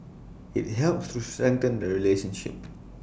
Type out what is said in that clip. IT helps to strengthen the relationship